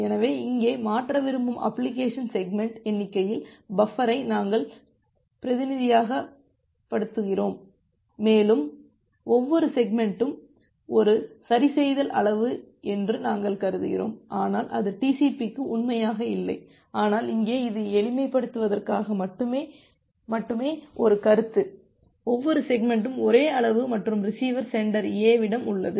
எனவே இங்கே மாற்ற விரும்பும் அப்ளிகேஷன் செக்மெண்ட் எண்ணிக்கையில் பஃபரை நாங்கள் பிரதிநிதித்துவப்படுத்துகிறோம் மேலும் ஒவ்வொரு செக்மெண்ட்டும் ஒரு சரிசெய்தல் அளவு என்று நாங்கள் கருதுகிறோம் ஆனால் அது TCP க்கு உண்மையாக இல்லை ஆனால் இங்கே இது எளிமைப்படுத்துவதற்காக மட்டுமே ஒரு கருத்து ஒவ்வொரு செக்மெண்ட்டும் ஒரே அளவு மற்றும் ரிசீவர் சென்டர் A விடம் உள்ளது